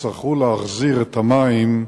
יצטרכו להחזיר את המים,